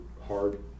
hard